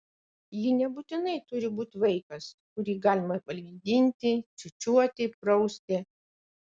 ji nebūtinai turi būti vaikas kurį galima valgydinti čiūčiuoti prausti